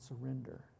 surrender